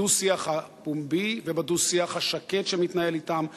בדו-שיח הפומבי ובדו-שיח השקט שמתנהל אתם.